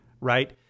right